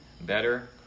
better